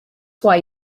why